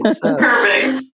Perfect